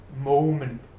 moment